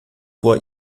vor